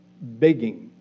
begging